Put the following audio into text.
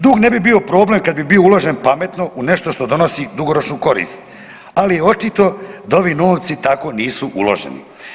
Dug ne bi bio problem kad bi bio uložen pametno, u nešto što donosi dugoročnu korist ali očito da ovi novci tako nisu uloženi.